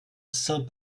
saint